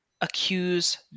accuse